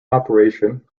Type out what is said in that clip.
operation